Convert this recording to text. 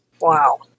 Wow